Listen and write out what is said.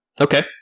Okay